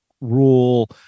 rule